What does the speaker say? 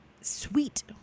sweet